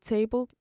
Table